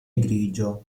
grigio